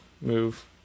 move